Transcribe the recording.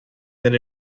than